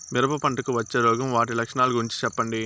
మిరప పంటకు వచ్చే రోగం వాటి లక్షణాలు గురించి చెప్పండి?